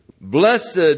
Blessed